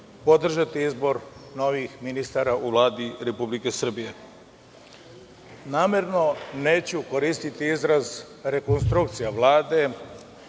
podržati izbor novih ministara u Vladi Republike Srbije. Namerno neću koristi izraz rekonstrukcija Vlade,